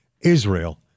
Israel